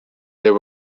there